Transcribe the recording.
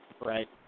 Right